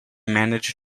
managed